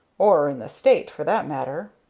or in the state, for that matter.